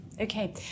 Okay